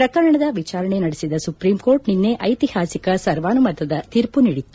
ಪ್ರಕರಣದ ವಿಚಾರಣೆ ನಡೆಸಿದ ಸುಪ್ರೀಂ ಕೋರ್ಟ್ ನಿನ್ನೆ ಐತಿಹಾಸಿಕ ಸರ್ವಾನುಮತದ ತೀರ್ಮ ನೀಡಿತ್ತು